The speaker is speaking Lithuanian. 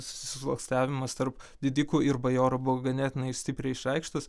susisluoksniavimas tarp didikų ir bajorų buvo ganėtinai stipriai išreikštas